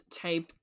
type